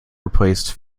replaced